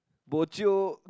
bo jio